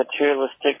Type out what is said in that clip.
materialistic